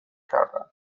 کردن